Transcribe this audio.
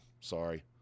Sorry